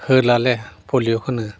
होलालै पलिय'खोनो